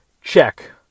check